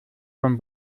von